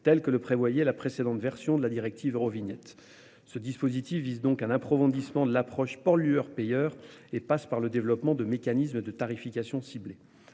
telle que le prévoyait la précédente version de la directive Eurovignette. Ce dispositif vise donc un approfondissement de l'approche pollueur payeur et passe par le développement de mécanismes de tarification ciblée.